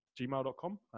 gmail.com